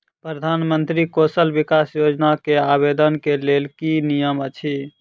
प्रधानमंत्री कौशल विकास योजना केँ आवेदन केँ लेल की नियम अछि?